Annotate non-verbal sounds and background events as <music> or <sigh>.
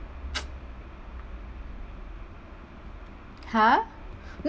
<noise> !huh!